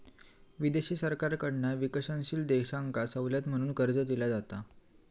विदेशी सरकारकडना विकसनशील देशांका सवलत म्हणून कर्ज दिला जाता